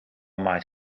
maait